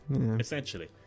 Essentially